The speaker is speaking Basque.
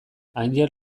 anjel